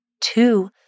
two